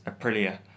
Aprilia